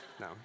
No